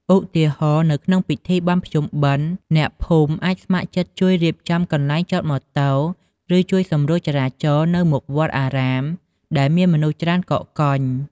ឧទាហរណ៍ នៅក្នុងពិធីបុណ្យភ្ជុំបិណ្ឌ អ្នកភូមិអាចស្ម័គ្រចិត្តជួយរៀបចំកន្លែងចតម៉ូតូ ឬជួយសម្រួលចរាចរណ៍នៅមុខវត្តអារាមដែលមានមនុស្សច្រើនកកកុញ។